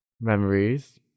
memories